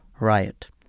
riot